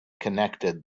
connected